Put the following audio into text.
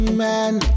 man